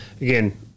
again